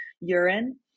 urine